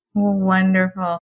Wonderful